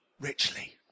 richly